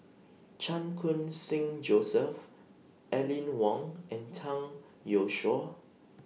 Chan Khun Sing Joseph Aline Wong and Zhang Youshuo